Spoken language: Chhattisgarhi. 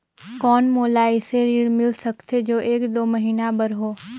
कौन मोला अइसे ऋण मिल सकथे जो एक दो महीना बर हो?